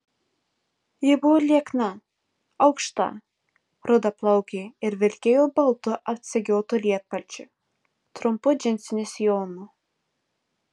ji buvo liekna aukšta rudaplaukė ir vilkėjo baltu atsegiotu lietpalčiu trumpu džinsiniu sijonu